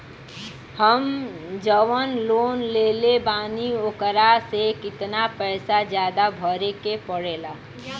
हम जवन लोन लेले बानी वोकरा से कितना पैसा ज्यादा भरे के पड़ेला?